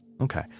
Okay